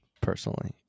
Personally